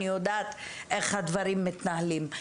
אני יודעת איך הדברים מתנהלים.